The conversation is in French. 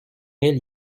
elle